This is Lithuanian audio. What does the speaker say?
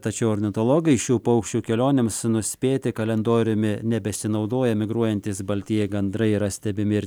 tačiau ornitologai šių paukščių kelionėms nuspėti kalendoriumi nebesinaudoja migruojantys baltieji gandrai yra stebimi ir